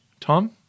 Tom